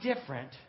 different